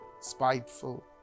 spiteful